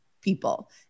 people